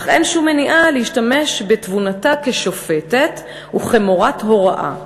אך אין שום מניעה מלהשתמש בתבונתה כשופטת וכמורת הוראה.